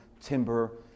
timber